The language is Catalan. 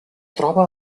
troba